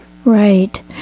Right